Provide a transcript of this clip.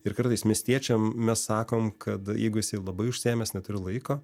ir kartais miestiečiam mes sakom kad jeigu jisai labai užsiėmęs neturiu laiko